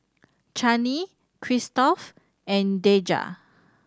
Chanie Christop and Deja